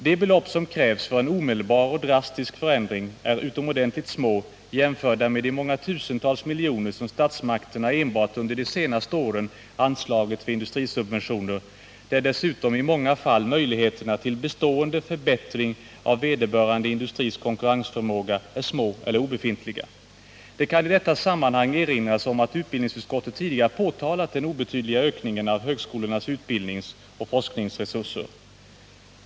De belopp som krävs för en omedelbar och drastisk förändring är utomordentligt små jämförda med de många tusental miljoner som statsmakterna enbart under de senaste åren anslagit för industrisubventioner, där dessutom i många fall möjligheterna till bestående förbättring av vederbörande industris konkurrensförmåga är små eller obefintliga. Det kan i detta sammanhang erinras om att utbildningsutskottet tidigare påtalat den obetydliga ökningen av högskolornas utbildningsoch forskningsresurser.